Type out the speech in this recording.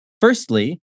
Firstly